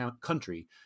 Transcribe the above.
country